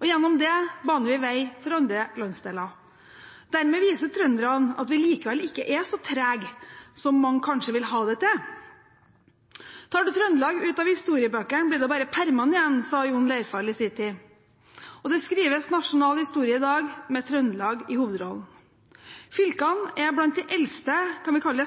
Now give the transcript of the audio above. og gjennom det baner vi vei for andre landsdeler. Dermed viser trønderne at vi likevel ikke er så trege som mange kanskje vil ha det til. Tar du Trøndelag ut av historiebøkene, blir det bare permene igjen, sa Jon Leirfall i sin tid. Og det skrives nasjonal historie i dag, med Trøndelag i hovedrollen. Fylkene er blant de eldste